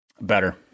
better